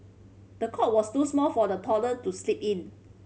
the cot was too small for the toddler to sleep in